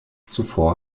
zuvor